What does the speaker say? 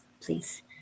please